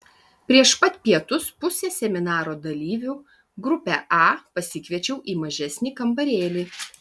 prieš pat pietus pusę seminaro dalyvių grupę a pasikviečiau į mažesnį kambarėlį